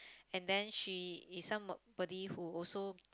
and then she is somebody who also